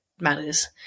matters